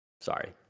sorry